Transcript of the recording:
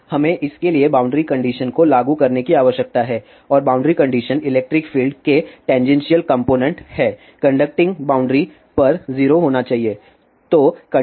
अब हमें इसके लिए बाउंड्री कंडीशन को लागू करने की आवश्यकता है और बाउंड्री कंडीशन इलेक्ट्रिक फील्ड के टैनजेशिअल कॉम्पोनेन्ट हैं कंडक्टिंग बाउंड्री पर 0 होना चाहिए